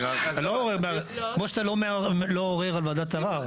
אתה לא עורר, כמו שאתה לא עורר על וועדת ערר.